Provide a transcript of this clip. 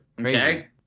Okay